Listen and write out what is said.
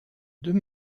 deux